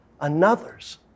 another's